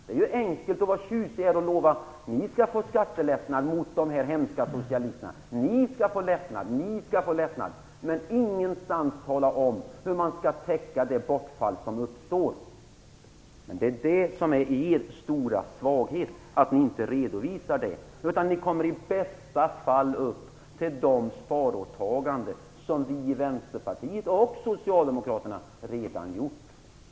Det är enkelt att lova skattelättnader, utan att tala om hur man skall täcka det bortfall som uppstår. Det är er stora svaghet att ni inte redovisar det. Ni kommer i bästa fall upp till de sparåtaganden som vi i Vänsterpartiet och Socialdemokraterna redan har gjort.